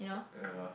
uh yeah lah